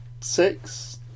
six